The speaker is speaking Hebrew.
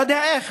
לא יודע איך,